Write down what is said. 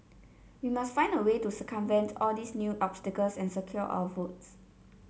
we must find a way to circumvent all these new obstacles and secure our votes